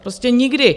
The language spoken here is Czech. Prostě nikdy.